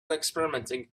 experimenting